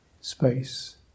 space